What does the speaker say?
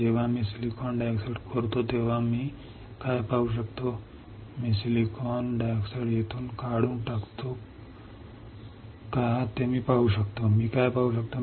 जेव्हा मी silicon dioxide खोदतो तेव्हा मी काय पाहू शकतो मी पाहू शकतो की मी इथून सिलिकॉन डायऑक्साइड काढून टाकले तर मी काय पाहू शकतो